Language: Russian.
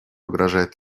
угрожает